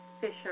Fisher